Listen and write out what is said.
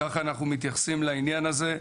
כך אנחנו מתייחסים לעניין הזה.